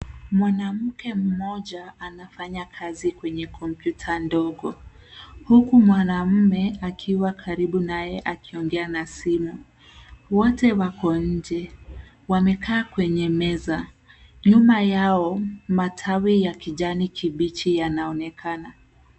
Mwanamke mmoja anafanya kazi kwenye kompyuta ndogo. Huku mwanaume akiwa karibu naye akiongea na simu. Wote wako nje. Wamekaa kwenye meza. Nyuma yao matawi ya kijani yanaonekana.